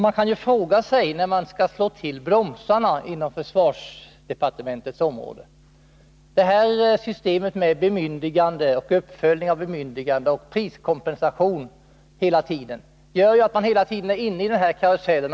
Man kan fråga sig när försvarsdepartementet skall slå till bromsarna. Systemet med bemyndiganden, uppföljning av bemyndiganden och priskompensation gör att man hela tiden är inne i en karusell.